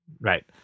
Right